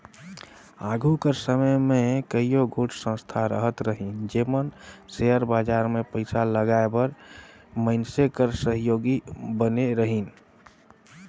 आघु कर समे में कइयो गोट संस्था रहत रहिन जेमन सेयर बजार में पइसा लगाए बर मइनसे कर सहयोगी बने रहिन